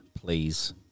please